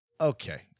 okay